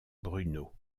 bruno